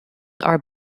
are